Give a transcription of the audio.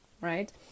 right